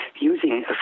using